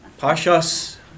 Pashas